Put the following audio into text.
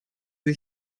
sie